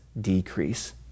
decrease